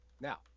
Now